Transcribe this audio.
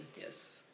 Yes